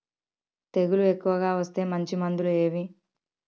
తెగులు ఎక్కువగా వస్తే మంచి మందులు ఏవి?